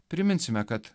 priminsime kad